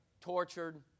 tortured